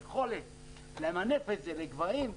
היכולת למנף את זה לגבהים,